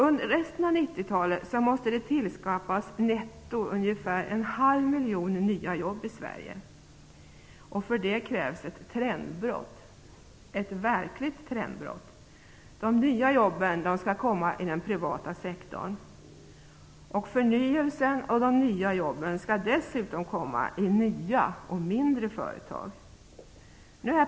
Under resten av 90-talet måste det tillskapas netto ungefär en halv miljon nya jobb i Sverige, och för det krävs ett verkligt trendbrott. De nya jobben måste komma till i den privata sektorn. Förnyelsen och de nya jobben måste dessutom komma i nya och mindre företag.